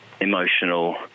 emotional